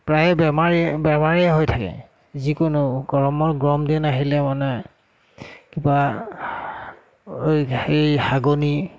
প্ৰায়ে বেমাৰীয়ে বেমাৰেই হৈ থাকে যিকোনো গৰমৰ গৰম দিন আহিলে মানে কিবা এই এই হাগনি